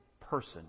person